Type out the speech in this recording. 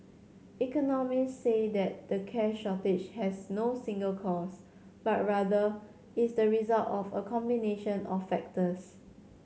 economists say that the cash shortage has no single cause but rather is the result of a combination of factors